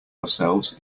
ourselves